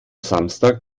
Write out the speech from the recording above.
samstag